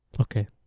Okay